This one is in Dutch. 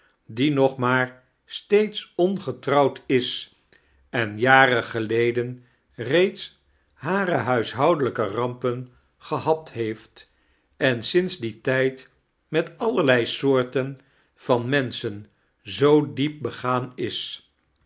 die nog maar steeds ongetrouwd is en jaren geleden reeds hare huishoudelijke rampen gehad heeft em sinds dien tijd met allerlei soorten van menschen zoo diep begaan is